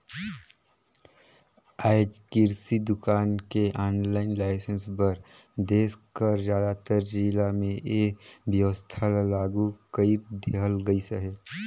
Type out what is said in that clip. आएज किरसि दुकान के आनलाईन लाइसेंस बर देस कर जादातर जिला में ए बेवस्था ल लागू कइर देहल गइस अहे